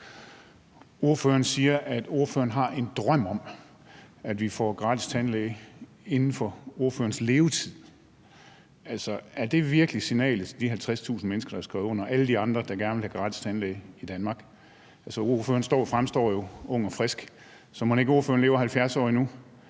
Ordføreren siger, at ordføreren har en drøm om, at vi får gratis tandlæge inden for ordførerens levetid. Er det virkelig signalet til de 50.000 mennesker, der har skrevet under på borgerforslaget, og alle de andre, der gerne vil have gratis tandlæge i Danmark? Ordføreren fremstår jo ung og frisk, så mon ikke ordføreren lever 70 år endnu.